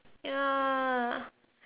ya